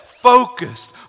focused